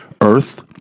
earth